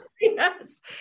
Yes